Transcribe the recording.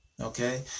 Okay